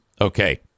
Okay